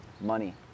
money